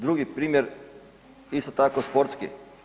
Drugi primjer isto tako sportski.